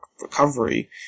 recovery